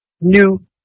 new